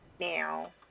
now